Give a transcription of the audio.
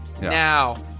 now